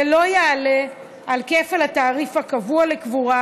ולא יעלה על כפל התעריף הקבוע לקבורה